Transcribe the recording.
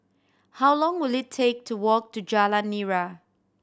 how long will it take to walk to Jalan Nira